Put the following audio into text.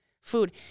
food